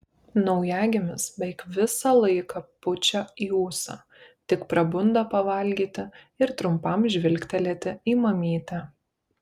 naujagimis beveik visą laiką pučia į ūsą tik prabunda pavalgyti ir trumpam žvilgtelėti į mamytę